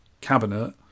cabinet